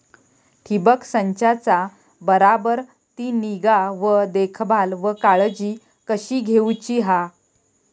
ठिबक संचाचा बराबर ती निगा व देखभाल व काळजी कशी घेऊची हा?